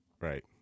Right